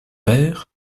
père